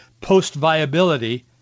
post-viability